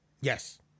Yes